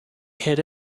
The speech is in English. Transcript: hit